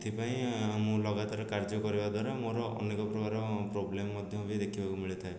ଏଥିପାଇଁ ମୁଁ ଲଗାତାର କାର୍ଯ୍ୟ କରିବା ଦ୍ୱାରା ମୋର ଅନେକ ପ୍ରକାର ଫୋବ୍ଲେମ୍ ମଧ୍ୟ ବି ଦେଖିବାକୁ ମିଳିଥାଏ